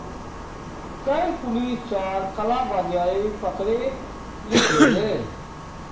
कइल पुलिस चार कालाबाजारिक पकड़े ले गेले